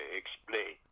explain